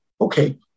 okay